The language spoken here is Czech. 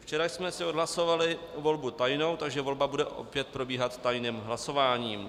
Včera jsme si odhlasovali volbu tajnou, takže volba bude opět probíhat tajným hlasováním.